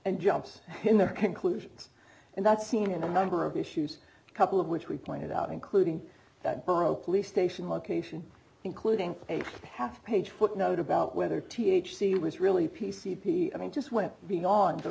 and jumps in their conclusions and that's seen in a number of issues a couple of which we pointed out including that broke police station location including a half page footnote about whether t h c was really p c p i mean just went beyond the